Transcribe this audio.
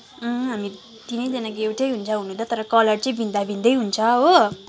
हामी तिनैजनाको एउटै हुन्छ हुन त तर कलर चाहिँ भिन्नभिन्नै हुन्छ हो